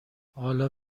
حال